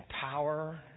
power